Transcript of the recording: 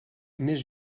més